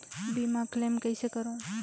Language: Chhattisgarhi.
बीमा क्लेम कइसे करों?